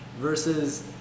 versus